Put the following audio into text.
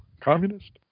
communist